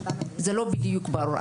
זה לא בדיוק ברור.